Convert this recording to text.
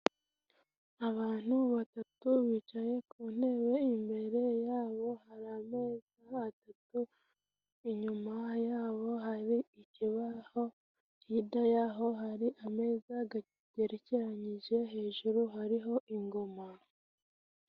Abantu batatu bicaye ku ntebe, imbere ya bo hari amezi atatu, inyuma ya bo hari ikibaho, hirya ya ho hari ameza gagerekeranyije, hejuru hari ho ingoma.